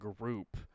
group